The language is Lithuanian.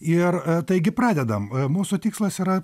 ir taigi pradedam mūsų tikslas yra